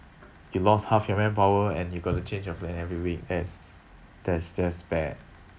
you lost half your manpower and you got to change your plan every week that's that's just bad